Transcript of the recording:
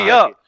up